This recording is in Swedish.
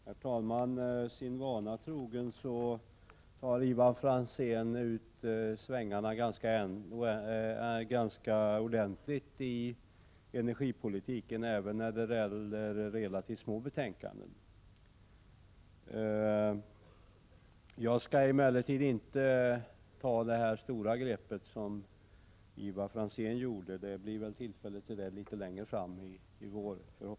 Herr talman! Sin vana trogen tar Ivar Franzén ut svängarna ganska ordentligt i energipolitiken även vad gäller relativt små betänkanden. Jag skall emellertid inte ta det här stora greppet som Ivar Franzén gjorde, utan det blir förhoppningsvis tillfälle till det längre fram i vår.